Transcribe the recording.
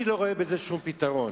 אני לא רואה בזה שום פתרון.